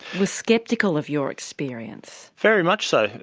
were sceptical of your experience? very much so.